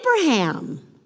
Abraham